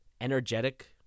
energetic